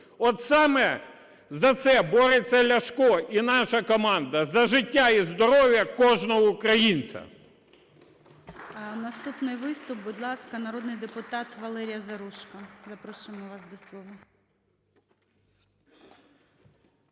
От саме за це бореться Ляшко і наша команда – за життя і здоров'я кожного українця.